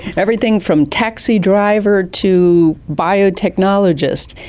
everything from taxi driver to biotechnologist.